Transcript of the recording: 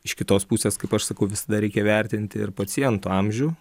iš kitos pusės kaip aš sakau visada reikia įvertint ir paciento amžių